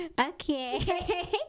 Okay